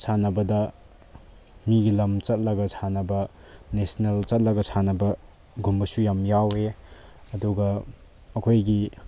ꯁꯥꯟꯅꯕꯗ ꯃꯤꯒꯤ ꯂꯝ ꯆꯠꯂꯒ ꯁꯥꯟꯅꯕ ꯅꯦꯁꯅꯦꯜ ꯆꯠꯂꯒ ꯁꯥꯟꯅꯕꯒꯨꯝꯕꯁꯨ ꯌꯥꯝ ꯌꯥꯎꯋꯦ ꯑꯗꯨꯒ ꯑꯩꯈꯣꯏꯒꯤ